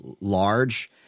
large